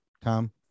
tom